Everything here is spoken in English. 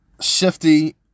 shifty